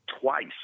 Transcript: twice